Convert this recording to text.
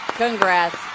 Congrats